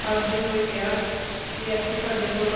ਹੱਸਦੇ ਹੋਏ ਕਿਹਾ ਕਿ ਅਸੀਂ ਤੁਹਾਡੇ ਕੋਲ